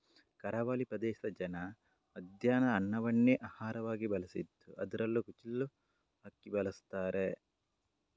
ಕರಾವಳಿ ಪ್ರದೇಶದ ಜನ ಮಧ್ಯಾಹ್ನ ಅನ್ನವನ್ನೇ ಆಹಾರವಾಗಿ ಬಳಸ್ತಿದ್ದು ಅದ್ರಲ್ಲೂ ಕುಚ್ಚಿಲು ಅಕ್ಕಿ ಬಳಸ್ತಾರೆ